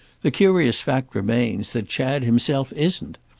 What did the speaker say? the curious fact remains that chad himself isn't.